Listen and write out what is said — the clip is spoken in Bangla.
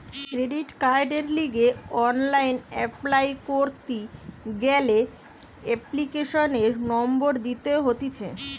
ক্রেডিট কার্ডের লিগে অনলাইন অ্যাপ্লাই করতি গ্যালে এপ্লিকেশনের নম্বর দিতে হতিছে